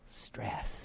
stress